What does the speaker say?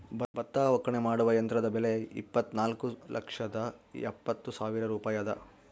ಭತ್ತ ಒಕ್ಕಣೆ ಮಾಡುವ ಯಂತ್ರದ ಬೆಲೆ ಇಪ್ಪತ್ತುನಾಲ್ಕು ಲಕ್ಷದ ಎಪ್ಪತ್ತು ಸಾವಿರ ರೂಪಾಯಿ ಅದ